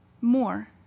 more